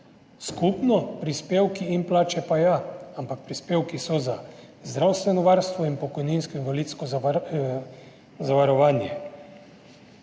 Skupno, prispevki in plače, pa ja, ampak prispevki so za zdravstveno varstvo in pokojninsko in invalidsko zavarovanje.